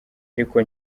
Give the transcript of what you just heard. ariko